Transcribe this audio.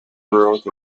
growth